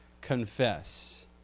confess